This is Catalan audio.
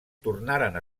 tornaren